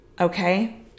okay